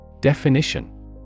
Definition